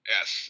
Yes